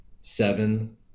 seven